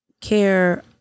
care